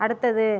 அடுத்தது